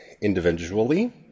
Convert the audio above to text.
individually